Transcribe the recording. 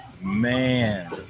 man